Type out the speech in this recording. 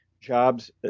jobs